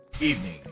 Evening